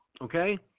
okay